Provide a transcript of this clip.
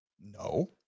No